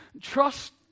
Trust